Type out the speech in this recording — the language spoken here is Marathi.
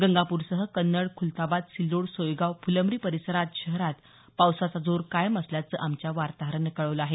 गंगापूरसह कन्नड खुलताबाद सिल्लोड सोयगाव फुलंब्री परिसरात शहरात पावसाचा जोर कायम असल्याचं आमच्या वार्ताहरानं कळवलं आहे